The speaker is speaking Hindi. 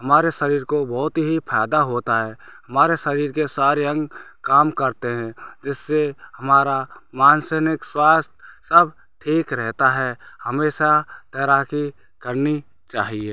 हमारे शरीर को बहुत ही फायदा होता है हमारे शरीर के सारे अंग काम करते है जिससे हमारा मानसिक स्वास्थ्य सब ठीक रहता है हमें हमेशा तैराकी करनी चाहिए